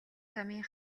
замын